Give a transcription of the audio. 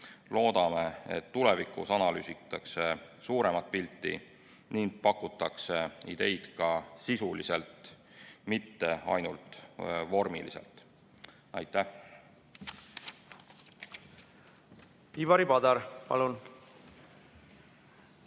Loodame, et tulevikus analüüsitakse suuremat pilti ning pakutakse ideid ka sisuliselt, mitte ainult vormiliselt. Aitäh! Aitäh, austatud